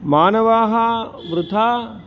मानवाः वृथा